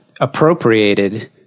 appropriated